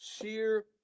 sheer